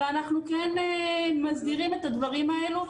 אלא אנחנו כן מסדירים את הדברים הללו,